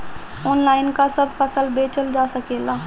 Online का सब फसल बेचल जा सकेला?